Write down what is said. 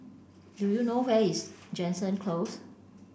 do you know where is Jansen Close